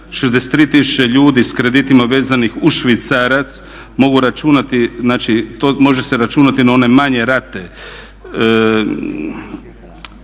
63 tisuće ljudi s kreditima vezanih uz švicarac mogu računati, znači može se